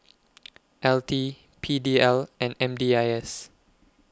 L T P D L and M D I S